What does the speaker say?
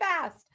fast